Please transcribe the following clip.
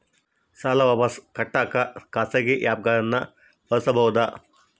ಸಾಲ ವಾಪಸ್ ಕಟ್ಟಕ ಖಾಸಗಿ ಆ್ಯಪ್ ಗಳನ್ನ ಬಳಸಬಹದಾ?